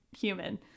human